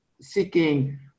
seeking